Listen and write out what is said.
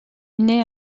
naît